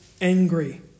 angry